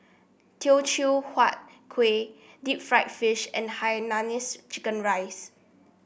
Teochew Huat Kuih Deep Fried Fish and Hainanese Chicken Rice